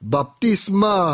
Baptisma